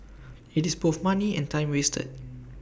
IT is both money and time wasted